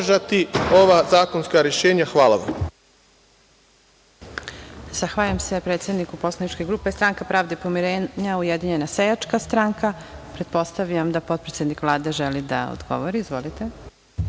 ova zakonska rešenja. Hvala vam.